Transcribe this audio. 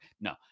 No